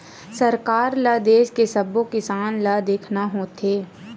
सरकार ल देस के सब्बो किसान ल देखना होथे